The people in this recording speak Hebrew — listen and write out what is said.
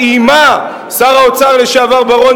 לקצבאות הילדים,